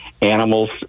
animals